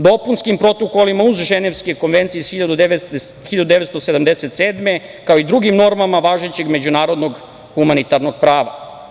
Dopunskim protokolima uz Ženevsku konvenciju iz 1977. godine, kao i drugim normama važećeg međunarodnog humanitarnog prava.